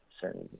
certain